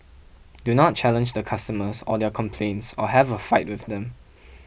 do not challenge the customers or their complaints or have a fight with them